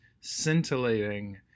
scintillating